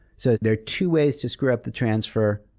so there are two ways to screw up the transfer.